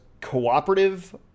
cooperative